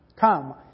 Come